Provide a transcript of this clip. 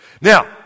Now